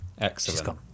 excellent